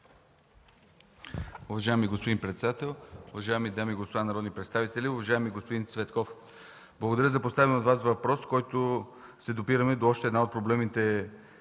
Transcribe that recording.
Уважаеми господин председател, уважаеми дами и господа народни представители! Уважаеми господин Цветков, благодаря за поставения от Вас въпрос, чрез който се допираме до една от големите